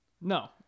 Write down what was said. No